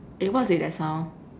eh what's with that sound